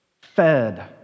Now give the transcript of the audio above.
fed